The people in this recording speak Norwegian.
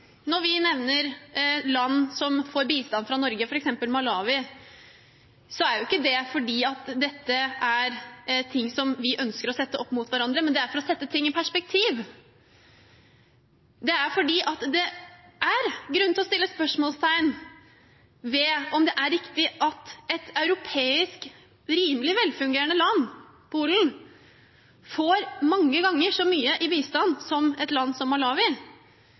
Når vi nevner land som får bistand fra Norge, f.eks. Malawi, er ikke det fordi dette er noe vi ønsker å sette opp mot hverandre, det er for å sette ting i perspektiv. Det er fordi det er grunn til å sette spørsmålstegn ved om det er riktig at et europeisk rimelig velfungerende land som Polen får mange ganger så mye i bistand som et land som Malawi. Det kan man jo svare på om man mener, eller kanskje reflektere litt rundt, i